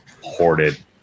hoarded